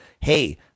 hey